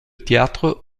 théâtre